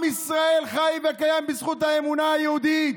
עם ישראל חי וקיים בזכות האמונה היהודית.